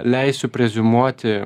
leisiu preziumuoti